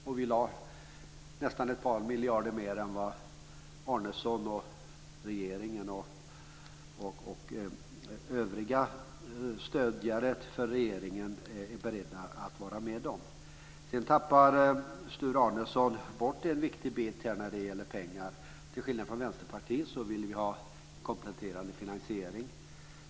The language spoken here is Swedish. Vi har lagt nästan ett par miljarder mer än vad Sture Arnesson, regeringen och övriga stödjare av regeringen är beredda att vara med på. Sture Arnesson tappar bort en viktig bit när det gäller pengarna. Till skillnad från Vänsterpartiet vill vi ha en kompletterande finansiering.